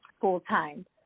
full-time